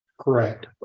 correct